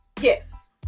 yes